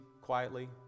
quietly